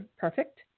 perfect